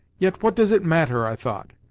yet what does it matter, i thought,